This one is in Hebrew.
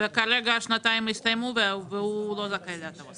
כרגע, השנתיים הסתיימו והוא לא זכאי להטבות.